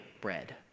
bread